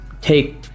take